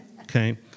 okay